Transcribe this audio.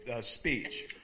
speech